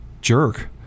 jerk